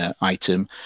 item